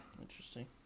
Interesting